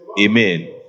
Amen